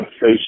face